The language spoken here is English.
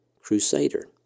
Crusader